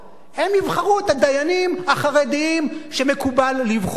הם יבחרו את הדיינים החרדים שמקובל לבחור.